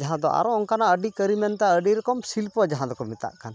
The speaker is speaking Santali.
ᱡᱟᱦᱟᱸ ᱫᱚ ᱟᱨᱚ ᱚᱱᱠᱟᱱᱟᱜ ᱟᱹᱰᱤ ᱠᱟᱹᱨᱤ ᱢᱮᱱᱛᱮ ᱟᱹᱰᱤ ᱨᱚᱠᱚᱢ ᱥᱤᱞᱯᱚ ᱡᱟᱦᱟᱸ ᱫᱚᱠᱚ ᱢᱮᱛᱟᱜ ᱠᱟᱱ